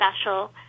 special